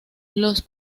los